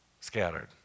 Scattered